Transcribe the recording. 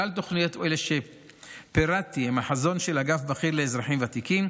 כל התוכניות האלה שפירטתי הן החזון של אגף בכיר לאזרחים ותיקים,